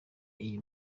n’iyi